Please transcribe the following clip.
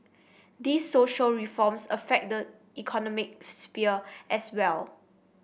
these social reforms affect the economic sphere as well